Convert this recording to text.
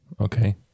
Okay